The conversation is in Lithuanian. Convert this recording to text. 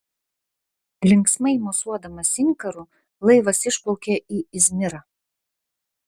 linksmai mosuodamas inkaru laivas išplaukė į izmirą